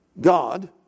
God